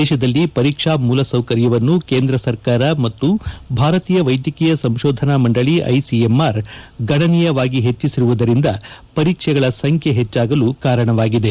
ದೇಶದಲ್ಲಿ ಪರೀಕ್ಷಾ ಮೂಲಸೌಕರ್ಯವನ್ನು ಕೇಂದ್ರ ಸರ್ಕಾರ ಮತ್ತು ಭಾರತೀಯ ವೈದ್ಯಕೀಯ ಸಂಶೋಧನಾ ಮಂಡಳಿ ಐಸಿಎಂಆರ್ ಗಣನೀಯವಾಗಿ ಹೆಚ್ಚಿಸಿರುವುದರಿಂದ ಪರೀಕ್ಷೆಗಳ ಸಂಖ್ಯೆ ಹೆಚ್ಚಾಗಲು ಕಾರಣವಾಗಿದೆ